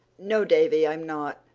no, davy, i'm not.